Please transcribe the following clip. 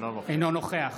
אינו נוכח